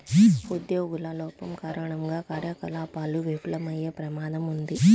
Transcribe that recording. ఉద్యోగుల లోపం కారణంగా కార్యకలాపాలు విఫలమయ్యే ప్రమాదం ఉంది